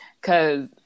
Cause